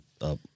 up